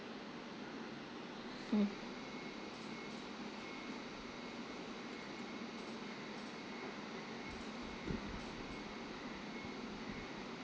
mmhmm